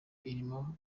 irimo